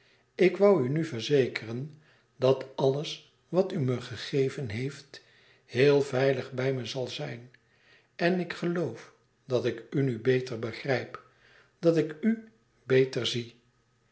ik woû u nu verzekeren dat alles wat u me gegeven heeft heel veilig bij me zal zijn en ik geloof dat ik u nu beter begrijp dat ik u beter zie